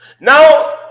Now